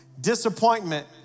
Disappointment